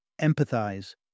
empathize